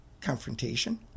confrontation